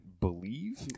believe